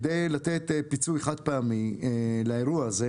כדי לתת פיצוי חד פעמי לאירוע הזה.